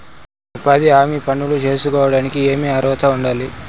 ఉపాధి హామీ పనులు సేసుకోవడానికి ఏమి అర్హత ఉండాలి?